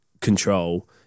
control